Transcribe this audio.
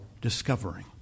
discovering